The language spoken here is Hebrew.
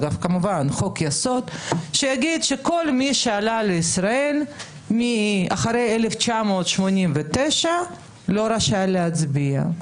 שיגיד שכל מי שעלה לישראל אחרי 1989 לא רשאי להצביע.